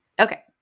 Okay